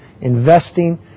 investing